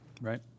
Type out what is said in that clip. Right